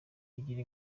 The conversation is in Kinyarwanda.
igira